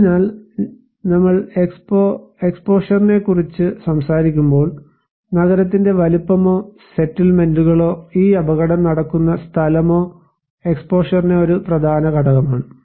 അതിനാൽ ഞങ്ങൾ എക്സ്പോഷറിനെക്കുറിച്ച് സംസാരിക്കുമ്പോൾ നഗരത്തിന്റെ വലുപ്പമോ സെറ്റിൽമെന്റുകളോ ഈ അപകടം നടക്കുന്ന സ്ഥലമോ എക്സ്പോഷറിന്റെ ഒരു പ്രധാന ഘടകമാണ്